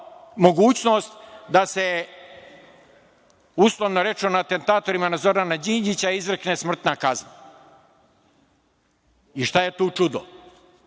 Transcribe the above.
mogućnost da se, uslovno rečeno, atentatorima na Zorana Đinđića izrekne smrtna kazna. Šta je tu čudno? Kako